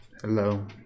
Hello